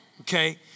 okay